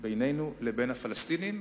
כלשהי בינינו לבין הפלסטינים,